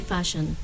Fashion